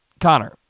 Connor